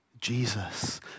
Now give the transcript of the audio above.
Jesus